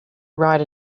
ride